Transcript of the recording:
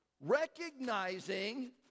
recognizing